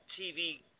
TV